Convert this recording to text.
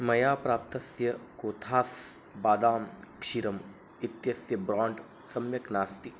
मया प्राप्तस्य कोथास् बादाम् क्षीरम् इत्यस्य ब्राण्ड् सम्यक् नास्ति